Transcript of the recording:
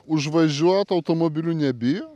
užvažiuot automobiliu nebijo